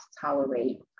tolerate